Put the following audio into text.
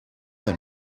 them